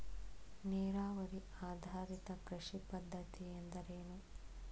ನೀರಾವರಿ ಆಧಾರಿತ ಕೃಷಿ ಪದ್ಧತಿ ಎಂದರೇನು?